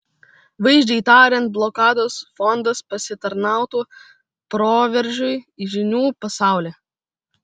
vaizdžiai tariant blokados fondas pasitarnautų proveržiui į žinių pasaulį